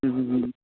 हम्म हम्म